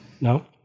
No